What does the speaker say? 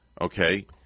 Okay